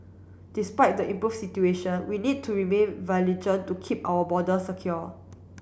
despite the improve situation we need to remain to keep our border secure